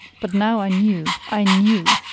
but now i knew i knew!